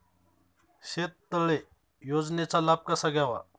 शेततळे योजनेचा लाभ कसा घ्यावा?